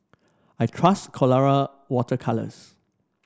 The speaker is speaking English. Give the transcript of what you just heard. I trust Colora Water Colours